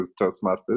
toastmasters